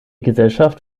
gesellschaft